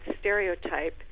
stereotype